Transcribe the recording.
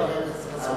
חבר הכנסת חסון.